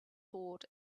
sword